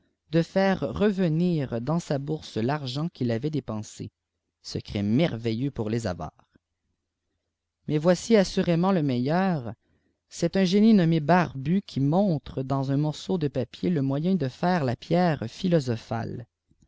de faire revenir dans sa bourse l'arçent ipi'il avait dépensé secret merveilleux pour les avares mais voici assurément le meilleur c'est un génie nommé barbu qui montre dans un morceau de papier le moyen de faire la sierre philosophale